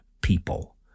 people